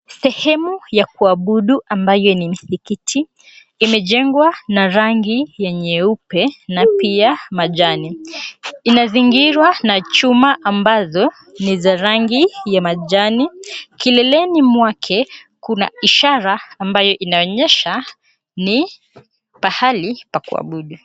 Sehemu ya kuabudu ambayo ni msikiti imejengwa na rangi ya nyeupe na pia majani. Inazingirwa na chuma ambazo ni za rangi ya majani. Kileleni mwake kuna ishara ambayo inaonyesha ni pahali pa kuabudu.